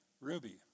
Ruby